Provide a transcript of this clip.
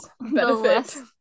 benefit